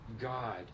God